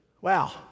wow